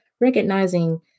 recognizing